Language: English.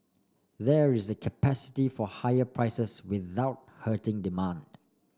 there is the capacity for higher prices without hurting demand